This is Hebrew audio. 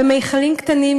במכלים קטנים,